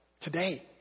today